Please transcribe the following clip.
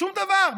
שום דבר.